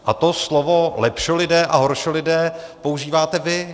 A to slovo lepšolidé a horšolidé používáte vy.